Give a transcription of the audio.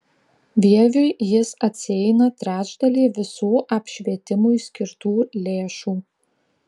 vieviui jis atsieina trečdalį visų apšvietimui skirtų lėšų